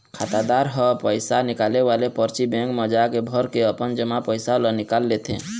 खातादार ह पइसा निकाले वाले परची बेंक म जाके भरके अपन जमा पइसा ल निकाल लेथे